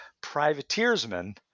privateersmen